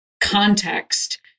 context